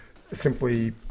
simply